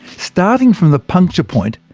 starting from the puncture point,